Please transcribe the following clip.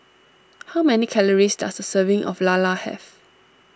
how many calories does a serving of Lala have